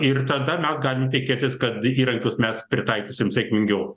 ir tada mes galim tikėtis kad įrankius mes pritaikysim sėkmingiau